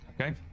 Okay